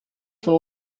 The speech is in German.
von